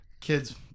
Kids